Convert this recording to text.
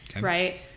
right